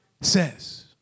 says